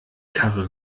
karre